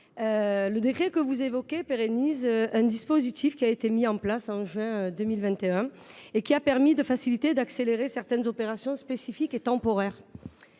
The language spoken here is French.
le décret que vous évoquez pérennise un dispositif mis en place en juin 2021, qui a permis de faciliter et d’accélérer certaines opérations spécifiques et temporaires.